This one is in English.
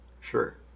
Sure